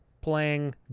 playing